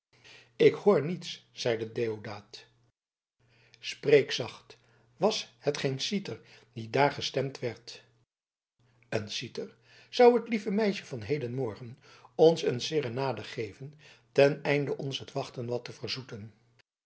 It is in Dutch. ik hoor niets zeide deodaat spreek zacht was het geen citer die daar gestemd werd een citer zou het lieve meisje van hedenmorgen ons een serenade geven ten einde ons het wachten wat te verzoeten